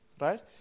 Right